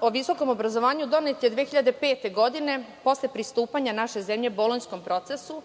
o visokom obrazovanju donet je 2005. godine, posle pristupanja naše zemlje bolonjskom procesu,